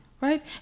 right